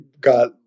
got